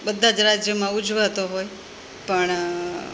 બધાં જ રાજ્યમાં ઉજવાતો હોય પણ